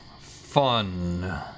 Fun